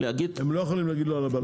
הם לא יכולים להגיד לו על הלבנת הון.